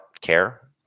care